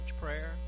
prayer